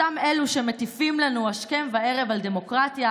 אותם אלה שמטיפים לנו השכם והערב על דמוקרטיה